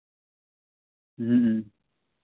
ᱦᱮᱸ